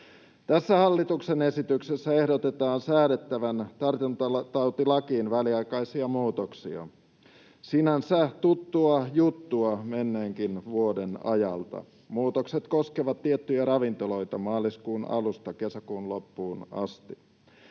Tässä hallituksen esityksessä ehdotetaan säädettävän tartuntatautilakiin väliaikaisia muutoksia — sinänsä tuttua juttua menneenkin vuoden ajalta. Muutokset koskevat tiettyjä ravintoloita maaliskuun alusta kesäkuun loppuun asti.